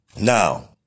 now